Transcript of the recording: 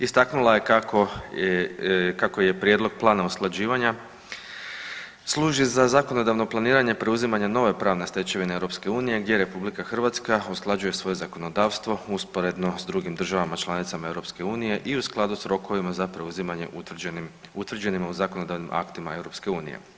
Istaknula je kako je prijedlog plana usklađivanja služi za zakonodavno planiranje, preuzimanje nove pravne stečevine EU gdje RH usklađuje svoje zakonodavstvo usporedno sa drugim državama članicama EU i u skladu sa rokovima za preuzimanje utvrđenima u zakonodavnim aktima EU.